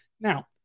Now